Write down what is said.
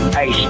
Hey